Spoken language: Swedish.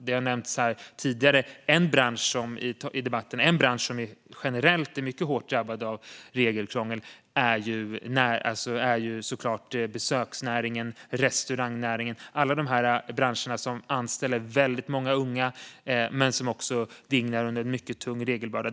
Det har här tidigare i debatten nämnts besöksnäringen och restaurangnäringen, branscher som generellt är mycket hårt drabbade av regelkrångel. Det är branscher som anställer väldigt många unga men som dignar under en mycket tung regelbörda.